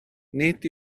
nid